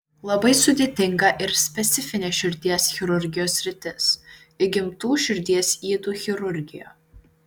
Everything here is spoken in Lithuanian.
labai sudėtinga ir specifinė širdies chirurgijos sritis įgimtų širdies ydų chirurgija